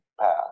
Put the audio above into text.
path